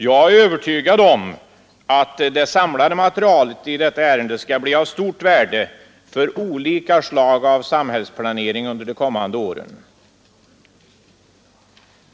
Jag är övertygad om att det samlade materialet i detta ärende skall bli av stort värde för olika slag av samhällsplanering under de kommande åren.